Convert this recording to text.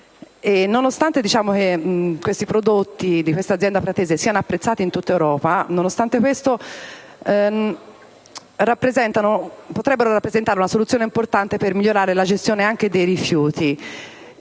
prodotto. I prodotti di questa azienda pratese oltre ad essere apprezzati in tutta Europa, potrebbero rappresentare una soluzione importante per migliorare la gestione anche dei rifiuti,